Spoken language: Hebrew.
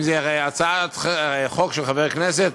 אם זו הצעת חוק של חבר הכנסת